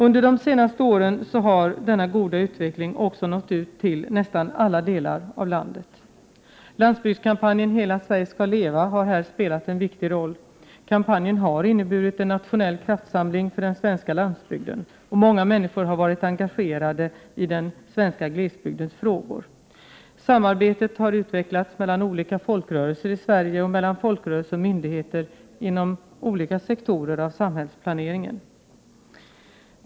Under de senaste åren har denna goda utveckling också nått ut till nästan alla delar av landet. Landsbygdskampanjen ”Hela Sverige ska leva” har här spelat en viktig roll. Kampanjen har inneburit en nationell kraftsamling för den svenska landsbygden. Många människor har varit engagerade i den svenska glesbygdens frågor. Samarbetet har utvecklats mellan olika folkrörelser i Sverige och mellan folkrörelser och myndigheter inom olika sektorer av samhällsplaneringen.